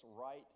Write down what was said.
right